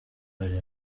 ari